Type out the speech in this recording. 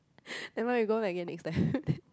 nevermind we go again next time